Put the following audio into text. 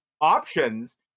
options